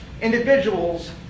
Individuals